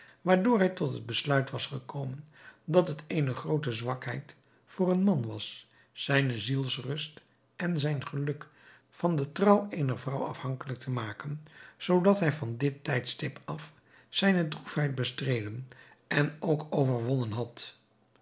waardoor hij tot het besluit was gekomen dat het eene groote zwakheid voor een man was zijne zielsrust en zijn geluk van de trouw eener vrouw afhankelijk te maken zoodat hij van dit tijdstip af zijne droefheid bestreden en ook overwonnen had